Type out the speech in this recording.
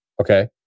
Okay